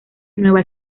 nueva